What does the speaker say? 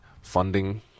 funding